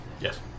Yes